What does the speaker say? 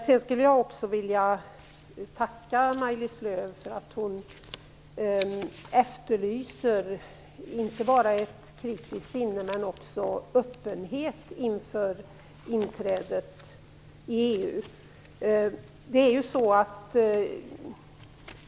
Jag vill också tacka Maj-Lis Lööw för att hon efterlyser inte bara ett kritiskt sinne utan också en öppenhet inför inträdet i EU.